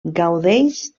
gaudeix